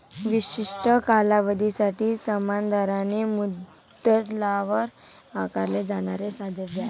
विशिष्ट कालावधीसाठी समान दराने मुद्दलावर आकारले जाणारे साधे व्याज